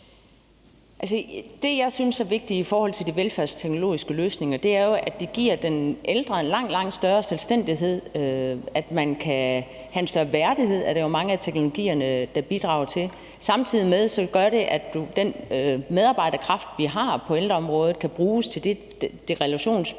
det, jeg synes er vigtigt i forhold til de velfærdsteknologiske løsninger, er, at de giver den ældre en langt, langt større selvstændighed, og at man kan have en større værdighed. Det er der jo mange af teknologierne der bidrager til. Samtidig gør det, at den arbejdskraft, vi har på ældreområdet, kan bruges til det relationsbårne